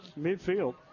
midfield